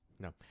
No